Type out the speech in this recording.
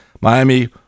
Miami